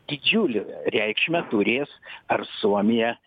didžiulę reikšmę turės ar suomija